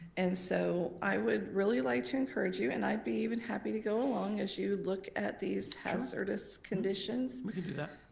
and so i would really like to encourage you and i'd be even happy to go along as you look at these hazardous conditions. sure, we can do that.